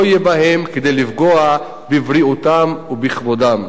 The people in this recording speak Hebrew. יהיה בהם כדי לפגוע בבריאותם ובכבודם.